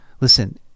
Listen